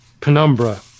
penumbra